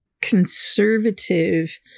conservative